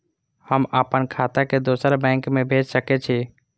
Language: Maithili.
हम आपन खाता के दोसर बैंक में भेज सके छी?